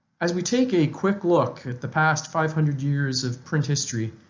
as we take a quick look at the past five hundred years of print history,